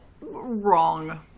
wrong